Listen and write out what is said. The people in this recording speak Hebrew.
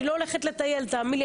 אני לא הולכת לטייל, תאמין לי.